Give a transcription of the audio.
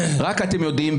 רק אתם יודעים.